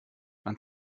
man